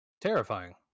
terrifying